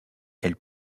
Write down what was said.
elle